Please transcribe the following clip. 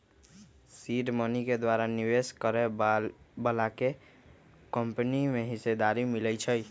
seed money के द्वारा निवेश करए बलाके कंपनी में हिस्सेदारी मिलइ छइ